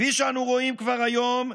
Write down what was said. כפי שאנו רואים כבר היום,